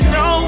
no